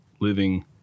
living